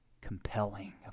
compelling